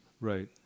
Right